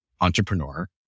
entrepreneur